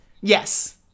Yes